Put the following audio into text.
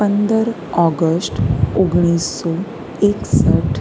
પંદર ઓગષ્ટ ઓગણીસસો એકસઠ